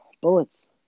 Bullets